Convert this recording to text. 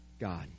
God